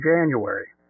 January